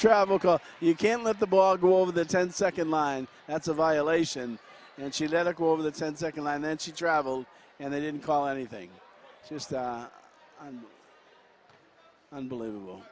travel call you can't let the ball go over the ten second line that's a violation and she let her go over the ten second and then she traveled and they didn't call anything just unbelievable